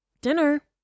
dinner